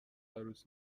عروس